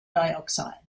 dioxide